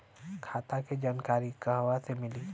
खाता के जानकारी कहवा से मिली?